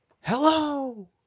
Hello